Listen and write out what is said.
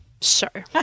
Sure